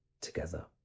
together